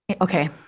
Okay